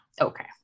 Okay